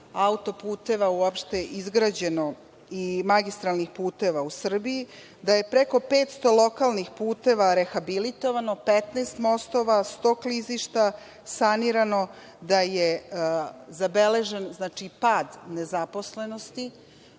autoputeva uopšte izgrađeno i magistralinih puteva u Srbiji, da je preko 500 lokalnih puteva rehabilitovano, 15 mostova, 100 klizišta sanirano, da je zabeležen pad nezaposlenosti,